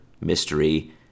mystery